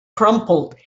crumpled